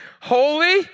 Holy